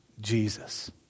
Jesus